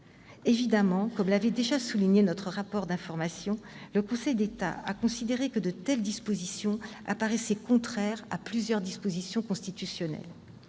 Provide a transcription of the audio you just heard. Évidemment, comme nous l'avions déjà souligné dans notre rapport d'information, le Conseil d'État a considéré que de telles dispositions paraissaient contraires à plusieurs dispositions constitutionnelles.